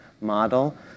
model